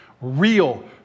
real